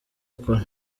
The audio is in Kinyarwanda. akora